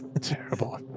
Terrible